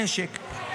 לפני הנושא הבא,